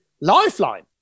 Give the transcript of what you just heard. lifeline